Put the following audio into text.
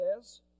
says